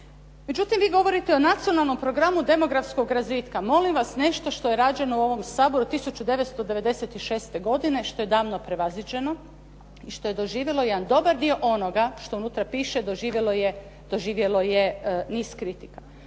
Međutim vi govorite o nacionalnom programu demografskog razvitka. Molim vas, nešto što je rađeno u ovom Saboru 1996. godine, što je davno prevaziđeno i što je doživjelo jedan dobar dio onoga što unutra piše, doživjelo je niz kritika.